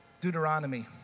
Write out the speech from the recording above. Deuteronomy